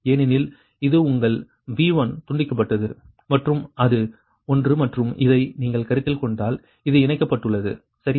ஏனெனில் இது உங்கள் V1 துண்டிக்கப்பட்டது மற்றும் அது ஒன்று மற்றும் இதை நீங்கள் கருத்தில் கொண்டால் இது இணைக்கப்பட்டுள்ளது சரியா